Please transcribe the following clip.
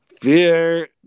Fear